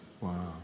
Wow